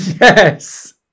Yes